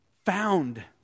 Found